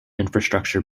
infrastructure